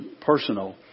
personal